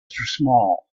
small